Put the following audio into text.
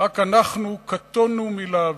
רק אנחנו קטונו מלהבין.